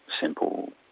simple